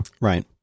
Right